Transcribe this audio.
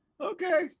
Okay